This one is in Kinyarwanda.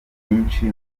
nyinshi